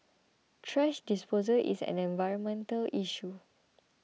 thrash disposal is an environmental issue